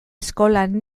eskolan